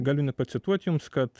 galiu net pacituot jums kad